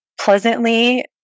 pleasantly